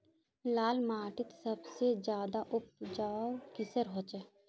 लाल माटित सबसे ज्यादा उपजाऊ किसेर होचए?